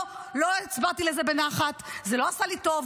לא, לא הצבעתי על זה בנחת, זה לא עשה לי טוב.